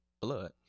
blood